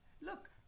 look